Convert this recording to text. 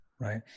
Right